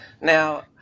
Now